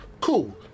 cool